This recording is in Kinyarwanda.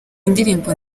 indirimbo